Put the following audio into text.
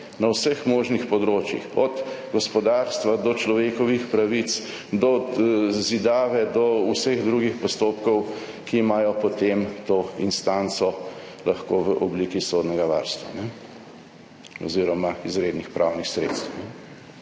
na vseh možnih področjih, od gospodarstva do človekovih pravic, do zidave, do vseh drugih postopkov, ki imajo potem to instanco lahko v obliki sodnega varstva oziroma izrednih pravnih sredstev.